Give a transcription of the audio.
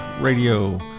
Radio